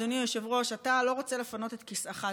אדוני היושב-ראש: אתה לא רוצה לפנות את כיסאך,